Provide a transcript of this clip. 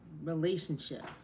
relationship